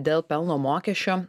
dėl pelno mokesčio